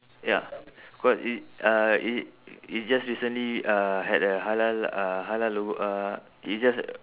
ya cause it uh it it just recently uh had a halal uh halal logo uh it's just